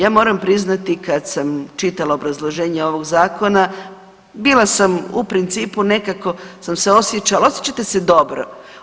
Ja moram priznati kada sam čitala obrazloženje ovog zakona bila sam u principu nekako sam se osjećala, osjećate se dobro.